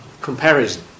comparison